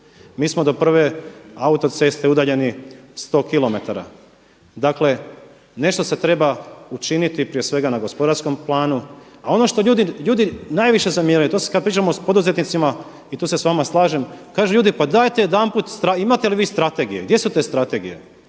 Mi smo do prve autoceste udaljeni 100km, dakle nešto se treba učiniti prije svega na gospodarskom planu. A ono što ljudi, ljudi najviše zamjeraju, to se, kada pričamo sa poduzetnicima i tu se s vama slažem, kažu ljudi pa dajte jedanput, imate li vi strategije, gdje su te strategije.